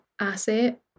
asset